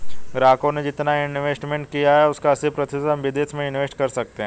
ग्राहकों ने जितना इंवेस्ट किया है उसका अस्सी प्रतिशत हम विदेश में इंवेस्ट कर सकते हैं